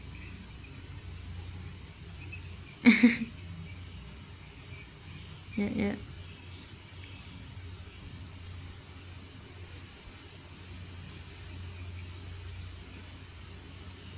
ya ya